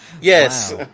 Yes